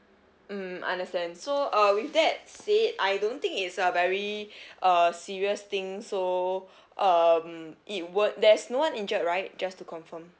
mm understand so uh with that said I don't think it's a very uh serious thing so um it won't there's no one injured right just to confirm